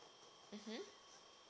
mmhmm